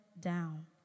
down